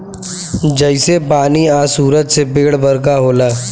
जइसे पानी आ सूरज से पेड़ बरका होला